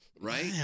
Right